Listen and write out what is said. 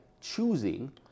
choosing